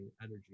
energy